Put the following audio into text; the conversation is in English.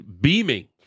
beaming